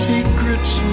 Secrets